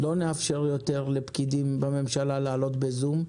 לא נאפשר יותר לפקידים בממשלה לעלות לדיון בזום,